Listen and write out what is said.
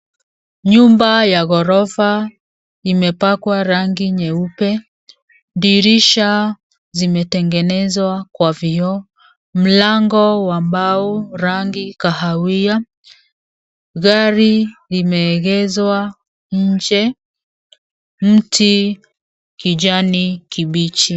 Nyumba ya ghorofa imepakwa rangi nyeupe. Dirisha zimetengenezwa kwa vioo. Mlango wa mbao rangi kahawia. Gari limeegeshwa nje, mti kijani kibichi.